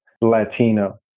Latino